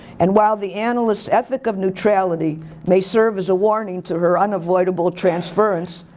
and while the analyst ethic of neutrality may serve as a warning to her unavoidable transference,